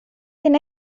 can